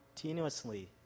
continuously